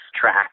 track